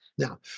Now